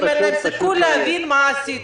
לאנשים פשוטים אין סיכוי להבין מה עשיתם.